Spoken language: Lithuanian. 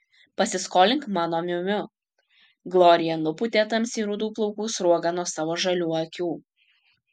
pasiskolink mano miu miu glorija nupūtė tamsiai rudų plaukų sruogą nuo savo žalių akių